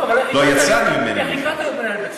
לא, אבל איך הגעת להיות מנהל בית-ספר?